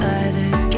others